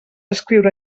escriure